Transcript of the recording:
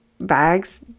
bags